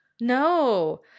no